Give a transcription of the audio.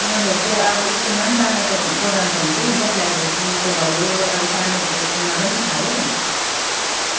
हजुर त्यो आब स्कुलमा पनि सानो त प्रोग्राम त हुन्छ हौ हुन्छ फ्लेग होस्टिङको भयो अब सानो स्कुलमा पनि छ हो